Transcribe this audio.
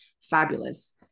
fabulous